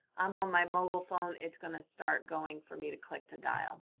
i'm on my mobile phone. it's going to start going for me to click to dial.